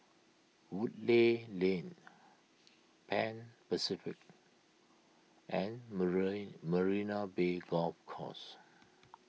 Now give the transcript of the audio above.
Woodleigh Lane Pan Pacific and Marie Marina Bay Golf Course